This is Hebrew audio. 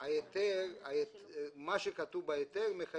מה שכתוב בהיתר מחייב.